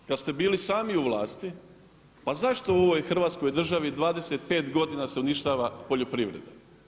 Kada ste bili sami u vlasti pa zašto u ovoj Hrvatskoj državi 25 godina se uništava poljoprivreda?